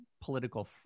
political